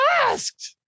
asked